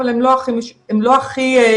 אבל הן לא הכי מצטיינות,